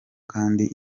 kandi